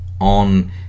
on